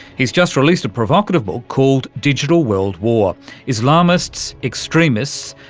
he's just released a provocative book called digital world war islamists, extremists,